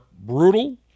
brutal